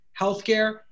healthcare